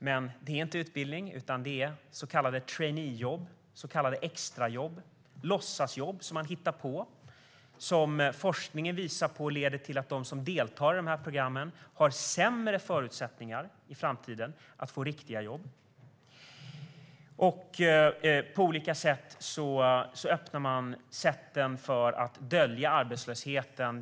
Men det är inte utbildning, utan det är så kallade traineejobb, så kallade extrajobb, låtsasjobb som man hittar på, som forskningen visar leder till att de som deltar i programmen har sämre förutsättningar i framtiden att få riktiga jobb. Man öppnar för olika sätt att dölja arbetslösheten.